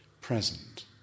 present